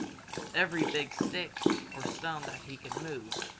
every big stick or stone that he could move,